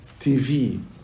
tv